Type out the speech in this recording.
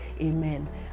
amen